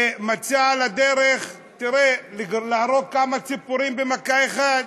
ומצא על הדרך להרוג כמה ציפורים במכה אחת: